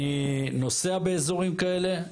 אני נוסע באזורים כאלה,